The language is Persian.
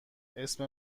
اسم